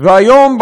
והיום,